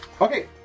Okay